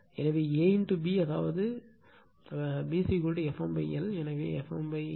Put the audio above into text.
எனவே A B அதாவது B Fm l எனவே Fm l